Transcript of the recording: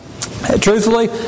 truthfully